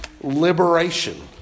liberation